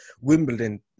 Wimbledon